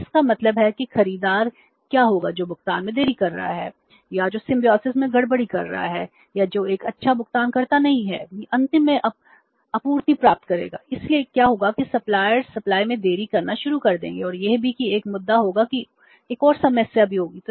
तो इसका मतलब है कि खरीदार क्या होगा जो भुगतान में देरी कर रहा है या जो सिंबोसिस में देरी करना शुरू कर देंगे और यह भी एक और मुद्दा होगा कि एक और समस्या भी होगी